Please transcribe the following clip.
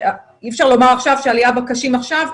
אי אפשר לומר עכשיו שעלייה בקשים עכשיו,